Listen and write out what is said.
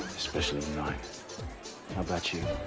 especially at night. how about you?